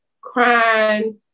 crying